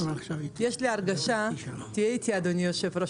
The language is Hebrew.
יש לי הרגשה תהיה איתי אדוני היושב-ראש,